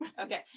okay